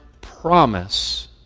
promise